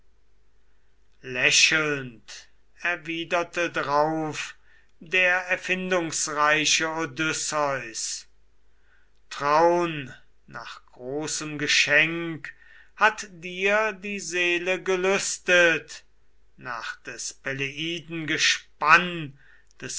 lächelnd erwiderte drauf der erfindungsreiche odysseus traun nach großem geschenk hat dir die seele gelüstet nach des peleiden gespann des